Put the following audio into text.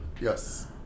yes